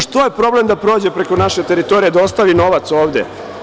Što je problem da prođe preko naše teritorije, da ostavi novac ovde?